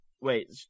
wait